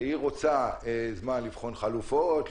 שהיא רוצה זמן לבחון חלופות,